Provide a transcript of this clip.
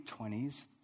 20s